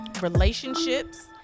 relationships